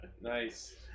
Nice